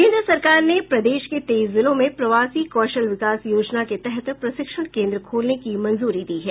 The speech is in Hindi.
केन्द्र सरकार ने प्रदेश के तेईस जिलों में प्रवासी कौशल विकास योजना के तहत प्रशिक्षण केन्द्र खोलने की मंजूरी दी है